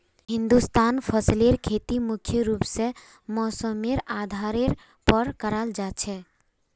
हिंदुस्तानत फसलेर खेती मुख्य रूप से मौसमेर आधारेर पर कराल जा छे